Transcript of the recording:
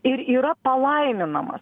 ir yra palaiminamas